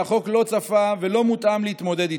והחוק לא צפה ולא מותאם להתמודד איתו.